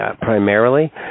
primarily